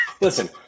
Listen